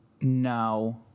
no